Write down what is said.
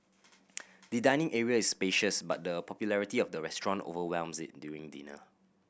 the dining area is spacious but the popularity of the restaurant overwhelms it during dinner